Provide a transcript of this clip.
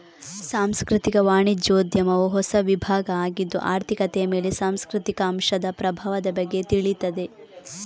ಸಾಂಸ್ಕೃತಿಕ ವಾಣಿಜ್ಯೋದ್ಯಮವು ಹೊಸ ವಿಭಾಗ ಆಗಿದ್ದು ಆರ್ಥಿಕತೆಯ ಮೇಲೆ ಸಾಂಸ್ಕೃತಿಕ ಅಂಶದ ಪ್ರಭಾವದ ಬಗ್ಗೆ ತಿಳೀತದೆ